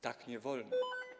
Tak nie wolno.